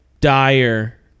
dire